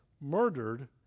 murdered